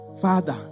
Father